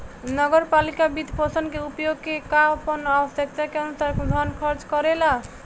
नगर पालिका वित्तपोषण के उपयोग क के आपन आवश्यकता के अनुसार धन खर्च करेला